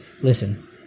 listen